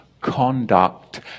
conduct